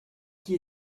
qui